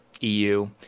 EU